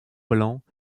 blanc